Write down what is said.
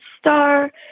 star